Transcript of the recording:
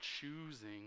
choosing